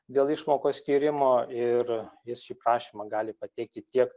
dėl išmokos skyrimo ir jis šį prašymą gali pateikti tiek